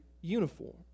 uniform